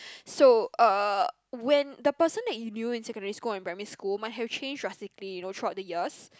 so uh when the person that you knew in secondary school or in primary school might have changed drastically you know throughout the years